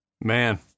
Man